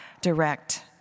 direct